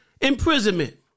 imprisonment